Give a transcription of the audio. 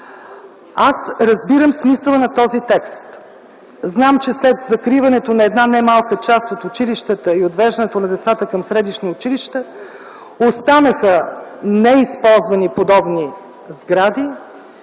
Аз разбирам смисъла на този текст. Знам, че след закриването на една немалка част от училищата и отвеждането на децата към средищни училища, останаха неизползвани подобни сгради